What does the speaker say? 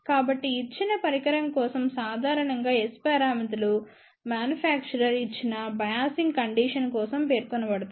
కాబట్టి ఇచ్చిన పరికరం కోసం సాధారణంగా S పారామితులు మ్యానుఫ్యాక్చరర్ ఇచ్చిన బయాసింగ్ కండిషన్ కోసం పేర్కొనబడతాయి